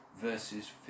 verses